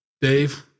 Dave